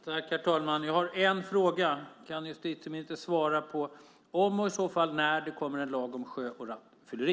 Herr talman! Jag har en fråga: Kan justitieministern svara på frågan om och i så fall när det kommer en lag om sjö och rattfylleri?